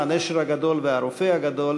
הנשר הגדול והרופא הגדול,